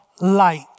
light